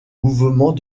mouvement